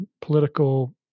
political